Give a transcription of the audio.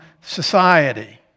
society